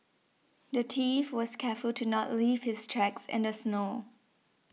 the thief was careful to not leave his tracks in the snow